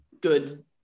good –